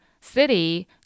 city